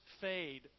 fade